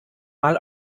mal